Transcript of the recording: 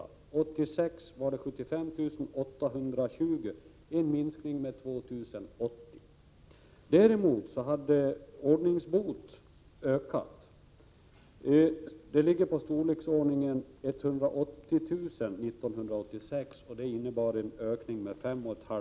År 1986 var det 75 820, en minskning med 2 080. Däremot hade siffran för ordningsbot ökat. Den låg under 1986 i storleksordningen 180 000, och det innebar en ökning med 5 500.